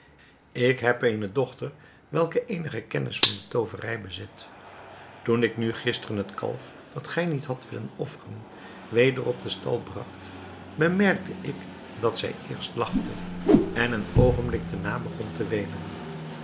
ik heb eene dochter welke eenige kennis van de tooverij bezit toen ik nu gisteren het kalf dat gij niet hadt willen offeren weder op den stal bragt bemerkte ik dat zij eerst lachte en een oogenblik daarna begon te weenen